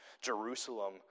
Jerusalem